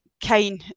Kane